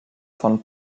von